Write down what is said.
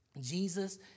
Jesus